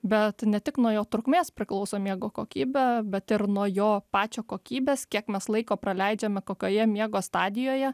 bet ne tik nuo jo trukmės priklauso miego kokybė bet ir nuo jo pačio kokybės kiek mes laiko praleidžiame kokioje miego stadijoje